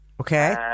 Okay